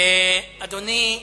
אדוני השר,